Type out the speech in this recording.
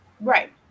Right